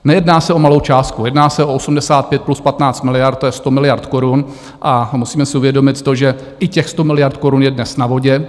Nejedná se o malou částku, jedná se o 85 plus 15 miliard, to je 100 miliard korun, a musíme si uvědomit to, že i těch 100 miliard korun je dnes na vodě.